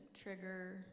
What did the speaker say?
trigger